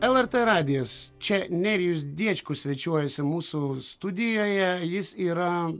lrt radijas čia nerijus diečkus svečiuojasi mūsų studijoje jis yra